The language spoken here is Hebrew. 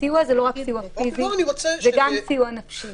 הסיוע הוא לא רק סיוע פיזי, זה גם סיוע נפשי.